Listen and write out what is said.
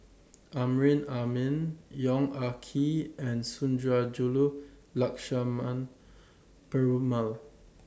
Amrin Amin Yong Ah Kee and Sundarajulu Lakshmana Perumal